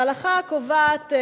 וההלכה קובעת,